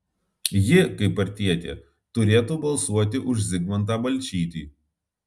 ji kaip partietė turėtų balsuoti už zigmantą balčytį